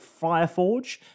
Fireforge